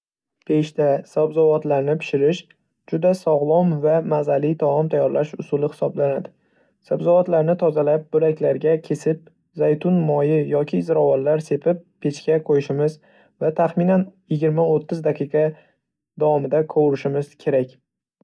Pechda sabzavotlarni pishirish juda sog‘lom va mazali taom tayyotlash usuli hisoblanadi. Sabzavotlarni tozalab, bo‘laklarga kesib, zaytun moyi yoki ziravorlar sepib, pechga qo‘yishimiz va taxminan yigirma-o'ttiz daqiqa davomida qovurishimiz kerak!